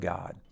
God